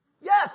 Yes